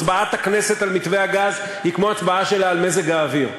הצבעת הכנסת על מתווה הגז היא כמו הצבעה שלה על מזג האוויר.